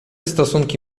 stosunki